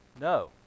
No